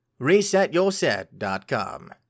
ResetYourSet.com